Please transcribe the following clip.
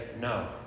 no